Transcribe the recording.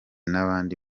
n’abandi